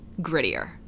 grittier